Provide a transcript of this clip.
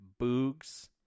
Boogs